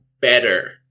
better